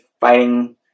fighting